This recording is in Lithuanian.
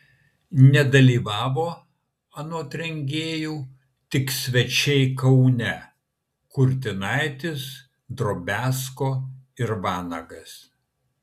nedalyvavo anot rengėjų tik svečiai kaune kurtinaitis drobiazko ir vanagas